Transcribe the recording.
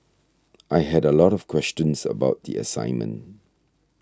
I had a lot of questions about the assignment